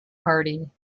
party